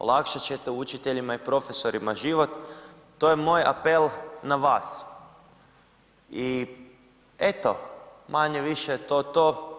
Olakšat ćete učiteljima i profesorima život, to je moj apel na vas i eto, manje-više je to to.